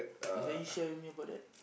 uh can you share with me about that